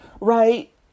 right